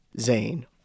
Zane